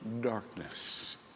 darkness